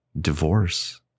divorce